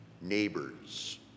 neighbors